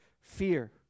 fear